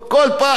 ותראו,